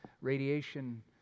radiation